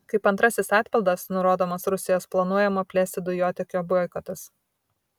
kaip antrasis atpildas nurodomas rusijos planuojamo plėsti dujotiekio boikotas